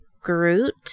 Groot